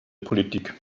politik